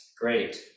great